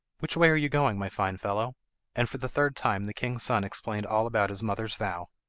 which way are you going, my fine fellow and for the third time the king's son explained all about his mother's vow.